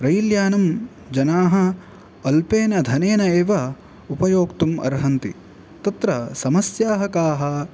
रैल्यानं जनाः अल्पेन धनेन एव उपयोक्तुम् अर्हन्ति तत्र समस्याः काः